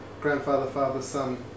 grandfather-father-son